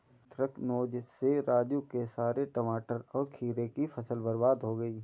anthracnose से राजू के सारे टमाटर और खीरे की फसल बर्बाद हो गई